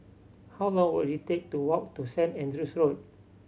how long will it take to walk to Saint Andrew's Road